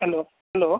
hello hello